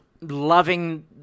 loving